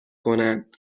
کنند